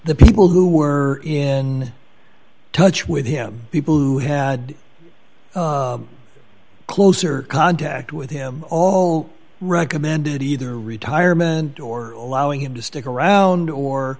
the people who were in touch with him people who had closer contact with him all recommended either retirement or allowing him to stick around or